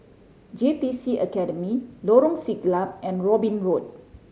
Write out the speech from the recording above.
J T C Academy Lorong Siglap and Robin Road